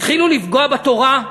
התחילו לפגוע בתורה,